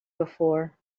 before